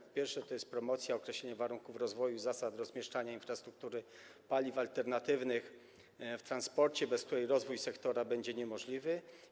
Po pierwsze, to promocja, określenie warunków rozwoju i zasad rozmieszczania infrastruktury paliw alternatywnych w transporcie, bez której rozwój sektora będzie niemożliwy.